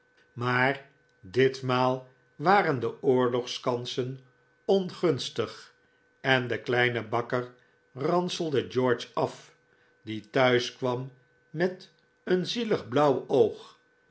maar ditmaal waren de oorlogskansen ongunstig en de kleine bakker ranselde george af die thuis kwam met een zielig blauw oog